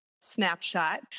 snapshot